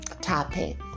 topic